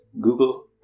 Google